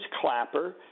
Clapper